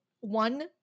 One